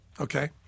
Okay